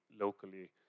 locally